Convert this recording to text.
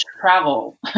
travel